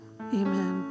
Amen